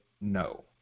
no